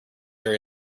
very